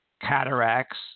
cataracts